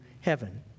heaven